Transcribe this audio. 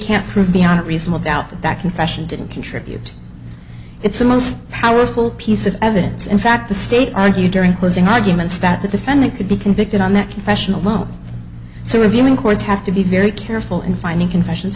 can't prove beyond a reasonable doubt that that confession didn't contribute it's the most powerful piece of evidence in fact the state argue during closing arguments that the defendant could be convicted on that confessional low so revealing courts have to be very careful in finding confessions